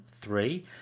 Three